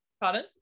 Pardon